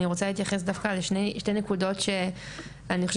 אני רוצה להתייחס דווקא לשתי נקודות שאני חושבת